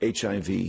HIV